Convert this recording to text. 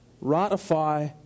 ratify